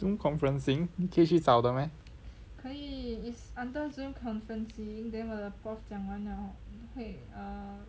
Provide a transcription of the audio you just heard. zoom conferencing 继续找的 meh